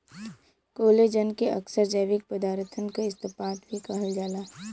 collagen के अक्सर जैविक पदारथन क इस्पात भी कहल जाला